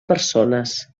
persones